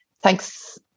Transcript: thanks